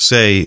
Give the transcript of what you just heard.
Say